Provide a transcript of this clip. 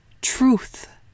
truth